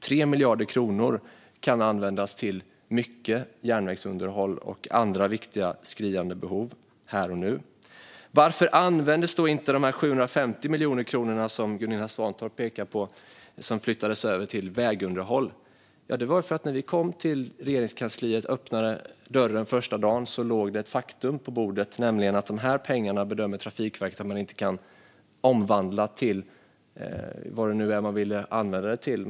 3 miljarder kronor kan användas till mycket järnvägsunderhåll och andra skriande behov här och nu. Varför användes då inte de 750 miljoner kronor som Gunilla Svantorp pekade på och som flyttades över till vägunderhåll? Jo, det var för att när vi kom till Regeringskansliet och öppnade dörren den första dagen låg det ett faktum på bordet, nämligen att Trafikverket bedömde att man inte kunde omvandla dessa pengar till - vad det nu var ni ville omvandla dem till.